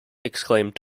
exclaimed